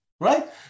right